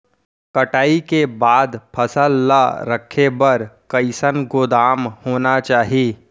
कटाई के बाद फसल ला रखे बर कईसन गोदाम होना चाही?